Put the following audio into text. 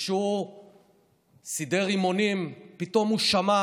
כשהוא סידר רימונים הוא פתאום שמע